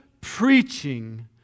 preaching